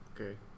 Okay